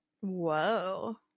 Whoa